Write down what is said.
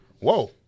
Whoa